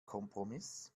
kompromiss